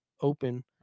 open